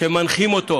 שמנחות אותו